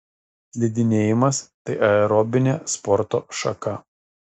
slidinėjimas tai aerobinė sporto šaka